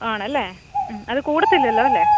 ആണല്ലേ അത് കൂടത്തില്ലല്ലോ അല്ലേ